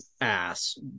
ass